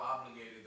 obligated